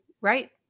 Right